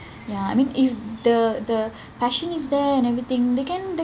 ya I mean if the the passion is there and everything they can they